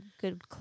good